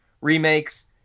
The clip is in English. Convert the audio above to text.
Remakes